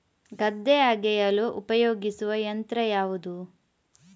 ಗದ್ದೆ ಅಗೆಯಲು ಉಪಯೋಗಿಸುವ ಯಂತ್ರ ಯಾವುದು?